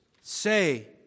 say